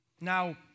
Now